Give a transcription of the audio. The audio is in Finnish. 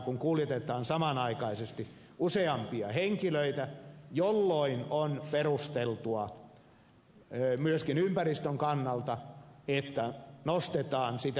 kun kuljetetaan samanaikaisesti useampia henkilöitä on perusteltua myöskin ympäristön kannalta että nostetaan sitä enimmäispalautusmäärää